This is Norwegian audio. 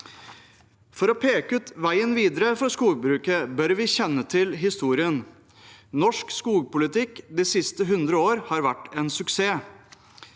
For å peke ut veien videre for skogbruket bør vi kjenne til historien. Norsk skogpolitikk de siste 100 år har vært en suksess.